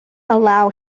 allow